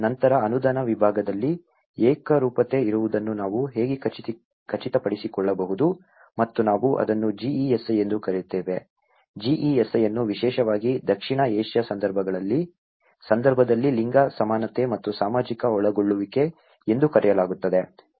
ನಂತರ ಅನುದಾನ ವಿಭಾಗದಲ್ಲಿ ಏಕರೂಪತೆ ಇರುವುದನ್ನು ನಾವು ಹೇಗೆ ಖಚಿತಪಡಿಸಿಕೊಳ್ಳಬಹುದು ಮತ್ತು ನಾವು ಅದನ್ನು GESI ಎಂದು ಕರೆಯುತ್ತೇವೆ GESI ಅನ್ನು ವಿಶೇಷವಾಗಿ ದಕ್ಷಿಣ ಏಷ್ಯಾದ ಸಂದರ್ಭದಲ್ಲಿ ಲಿಂಗ ಸಮಾನತೆ ಮತ್ತು ಸಾಮಾಜಿಕ ಒಳಗೊಳ್ಳುವಿಕೆ ಎಂದು ಕರೆಯಲಾಗುತ್ತದೆ